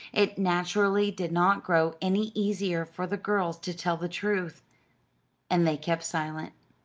it naturally did not grow any easier for the girls to tell the truth and they kept silent.